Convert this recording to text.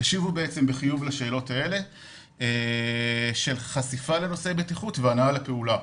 השיבו בחיוב לשאלות האלה של חשיפה לנושאי בטיחות והנעה לפעולה.